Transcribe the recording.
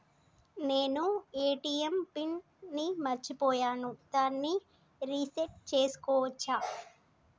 నేను ATM pin ని మరచిపోయాను దాన్ని రీ సెట్ చేసుకోవచ్చా?